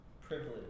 privilege